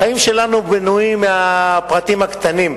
החיים שלנו בנויים מהפרטים הקטנים,